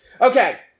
okay